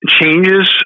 changes